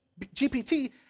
GPT